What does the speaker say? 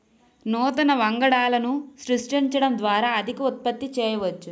నూతన వంగడాలను సృష్టించడం ద్వారా అధిక ఉత్పత్తి చేయవచ్చు